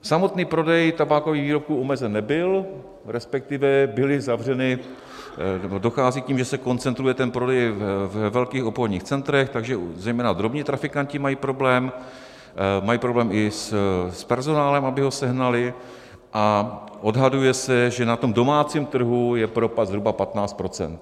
Samotný prodej tabákových výrobků omezen nebyl, resp. byly zavřeny, nebo dochází k tomu, že se koncentruje ten prodej ve velkých obchodních centrech, takže zejména drobní trafikanti mají problém, mají problém i s personálem, aby ho sehnali, a odhaduje se, že na domácím trhu je propad zhruba 15 %.